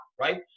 right